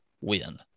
win